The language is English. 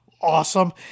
awesome